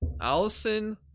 Allison